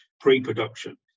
pre-production